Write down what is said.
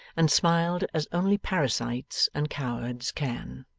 and smiled as only parasites and cowards can.